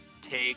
take